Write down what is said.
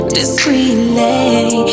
Discreetly